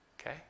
okay